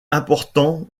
important